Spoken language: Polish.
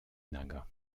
naga